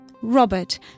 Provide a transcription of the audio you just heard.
Robert